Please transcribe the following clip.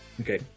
Okay